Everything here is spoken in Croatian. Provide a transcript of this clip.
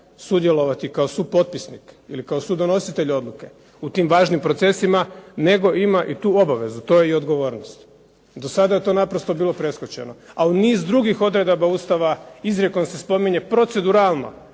sudjelovati kao supotpisnik ili kao sudonositelj odluke u tim važnim procesima, nego ima i tu obavezu, to i odgovornost. Do sada je to naprosto bilo preskočeno. A u niz drugih odredaba Ustava izrijekom se spominje proceduralno